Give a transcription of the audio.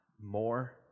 more